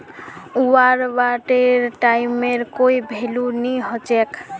वार बांडेर टाइमेर कोई भेलू नी हछेक